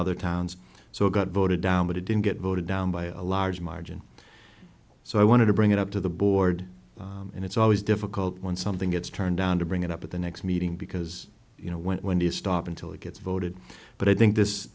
other towns so it got voted down but it didn't get voted down by a large margin so i wanted to bring it up to the board and it's always difficult when something gets turned down to bring it up at the next meeting because you know when to stop until it gets voted but i think this